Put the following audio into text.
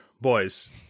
boys